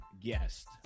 guest